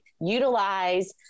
utilize